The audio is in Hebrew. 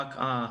בקעה,